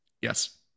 Yes